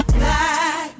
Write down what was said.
black